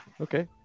Okay